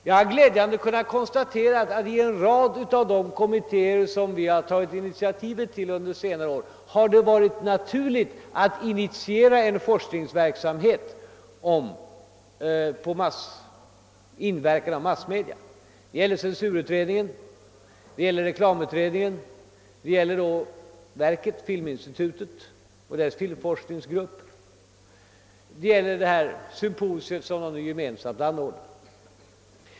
Jag har glädjen att kunna konstatera att det för en rad av de kommittéer, till vilka departementet under senare år tagit initiativet, har varit naturligt att initiera en forskningsverksamhet om inverkan av massmedia — censurutredningen, reklamutredningen, filminstitutet och dess filmforskningsgrupp samt det symposium som anordnats av dessa gemensamt.